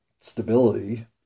stability